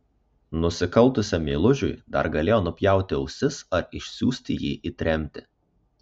nusikaltusiam meilužiui dar galėjo nupjauti ausis ar išsiųsti jį į tremtį